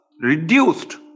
reduced